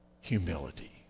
Humility